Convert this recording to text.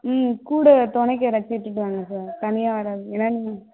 ம் கூட துணைக்கு யாராச்சு இட்டுகிட்டு வாங்க சார் தனியாக வராதீங்க ஏன்னால் நீங்கள்